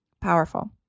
powerful